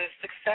success